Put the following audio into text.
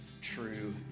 true